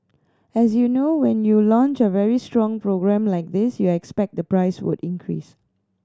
as you know when you launch a very strong program like this you expect the price could increase